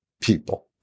people